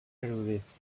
erudits